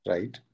Right